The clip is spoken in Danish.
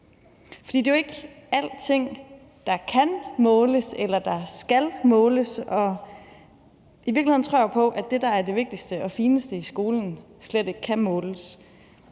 For det er jo ikke alting, der kan måles, eller der skal måles, og i virkeligheden tror jeg på, at det, der er det vigtigste og fineste i skolen, slet ikke kan måles.